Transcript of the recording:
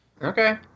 Okay